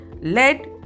lead